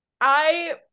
I-